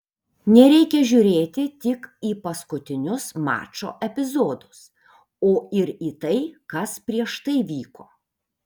nereikia žiūrėti tik į paskutinius mačo epizodus o ir į tai kas prieš tai vyko